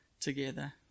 together